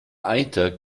eiter